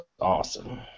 awesome